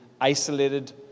isolated